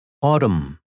Autumn